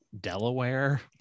Delaware